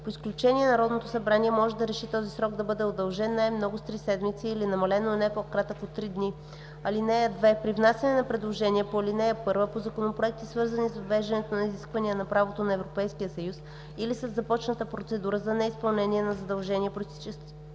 По изключение Народното събрание може да реши този срок да бъде удължен най-много с три седмици или намален, но не по-кратък от три дни. (2)При внасяне на предложения по ал. 1 по законопроекти, свързани с въвеждане на изисквания на правото на Европейския съюз, или със започната процедура за неизпълнение на задължения, произтичащи